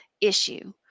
issue